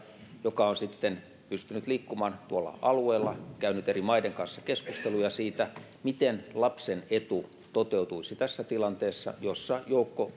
joka on sitten pystynyt liikkumaan tuolla alueella käynyt eri maiden kanssa keskusteluja siitä miten lapsen etu toteutuisi tässä tilanteessa jossa joukko